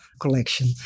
collection